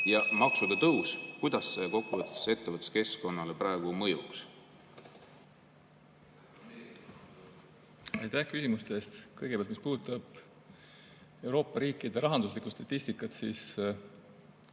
maksude tõus kokkuvõttes ettevõtluskeskkonnale praegu mõjuks? Aitäh küsimuste eest! Kõigepealt, mis puudutab Euroopa riikide rahanduslikku statistikat, siis